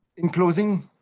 in closing,